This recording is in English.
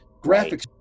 graphics